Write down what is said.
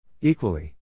Equally